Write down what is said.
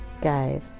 guide